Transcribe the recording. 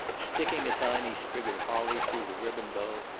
sticking a tiny sprig of holly through the ribbon bow,